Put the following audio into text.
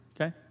okay